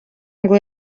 ngo